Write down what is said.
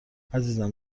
عزیزم